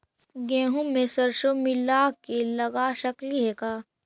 गेहूं मे सरसों मिला के लगा सकली हे का?